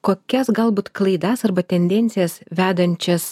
kokias galbūt klaidas arba tendencijas vedančias